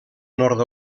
nord